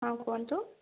ହଁ କୁହନ୍ତୁ